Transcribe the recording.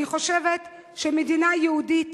אני חושבת שמדינה יהודית